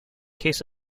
case